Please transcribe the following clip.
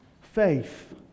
Faith